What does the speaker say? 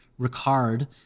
Ricard